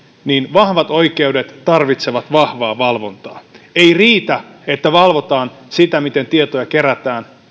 vahvat oikeudet tarvitsevat vahvaa valvontaa ei riitä että valvotaan sitä miten tietoja kerätään